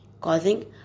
causing